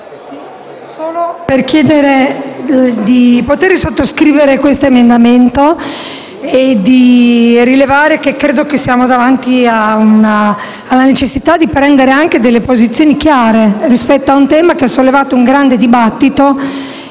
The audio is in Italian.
chiedo di poter sottoscrivere questo emendamento. Credo che siamo davanti alla necessità di prendere delle posizioni chiare rispetto a un tema che ha sollevato un grande dibattito